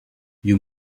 you